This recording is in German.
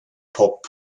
pop